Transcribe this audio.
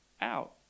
out